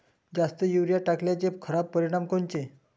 जास्त युरीया टाकल्याचे खराब परिनाम कोनचे?